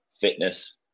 fitness